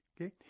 okay